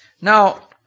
Now